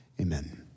amen